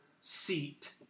seat